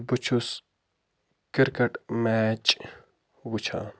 بہٕ چھُس cricket match وٕچھان